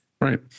right